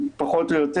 פחות או יותר.